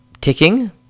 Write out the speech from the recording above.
ticking